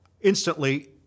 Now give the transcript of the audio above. instantly